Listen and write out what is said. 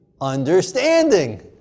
understanding